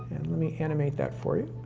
let me animate that for you.